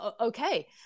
okay